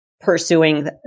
pursuing